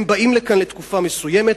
הם באים לכאן לתקופה מסוימת,